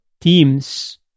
teams